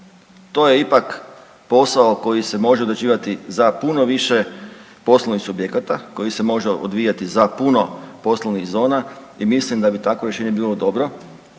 To je ipak posao koji se može određivati za puno više poslovnih subjekata, koji se može odvijati za puno poslovnih zona i mislim da bi takvo rješenje bilo dobro,